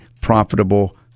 profitable